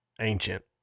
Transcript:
ancient